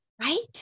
right